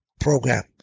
program